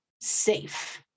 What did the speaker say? safe